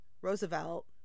Roosevelt